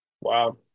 Wow